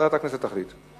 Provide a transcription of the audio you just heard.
ועדת הכנסת תחליט.